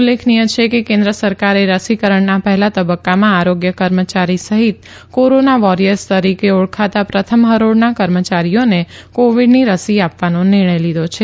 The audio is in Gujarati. ઉલ્લેખનીય છે કે કેન્દ્ર સરકારે રસીકરણના પહેલા તબક્કામાં આરોગ્ય કર્મચારી સહિત કોરોના વોરિયર્સ તરીકે ઓળખાતા પ્રથમ હરોળના કર્મયારીઓને કોવિડની રસી આપવાનો નિર્ણય લીધો છે